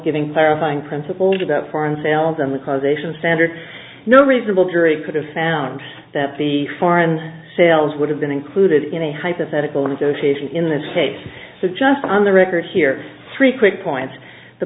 giving clarifying principles about foreign sales on the causation standard no reasonable jury could have found that the foreign sales would have been included in a hypothetical negotiation in this case so just on the record here three quick points the